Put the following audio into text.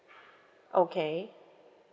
okay